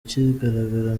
kigaragara